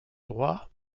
droit